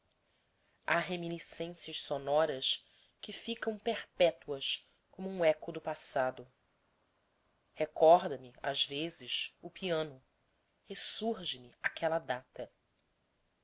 há reminiscências sonoras que ficam perpetuas como um eco do passado recorda me às vezes o piano ressurge me aquela data